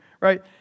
right